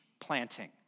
planting